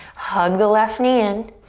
hug the left knee in,